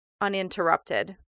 uninterrupted